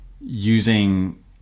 using